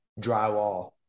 drywall